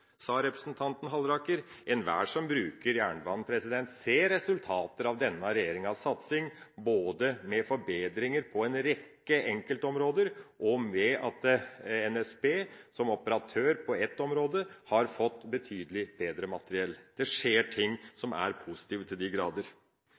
Enhver som bruker jernbanen, ser resultater av denne regjeringas satsing både med forbedringer på en rekke enkeltområder og ved at NSB, som operatør på ett område, har fått betydelig bedre materiell. Det skjer ting